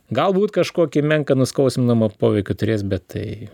galbūt kažkokį menką nuskausminamą poveikį turės bet tai